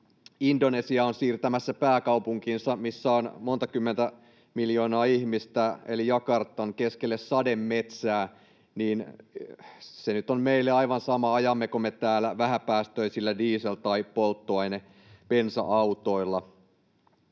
Indonesia on siirtämässä pääkaupunkinsa eli Jakartan, missä on monta kymmentä miljoonaa ihmistä, keskelle sademetsää, niin se nyt on meille aivan sama, ajammeko me täällä vähäpäästöisillä diesel- tai polttoaine-, bensa-autoilla.